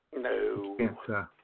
No